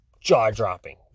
jaw-dropping